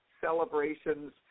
celebrations